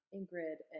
Ingrid